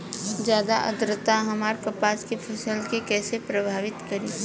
ज्यादा आद्रता हमार कपास के फसल कि कइसे प्रभावित करी?